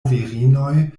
virinoj